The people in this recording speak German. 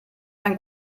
ein